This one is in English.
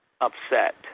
upset